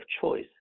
choice